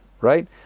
right